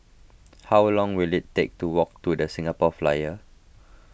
how long will it take to walk to the Singapore Flyer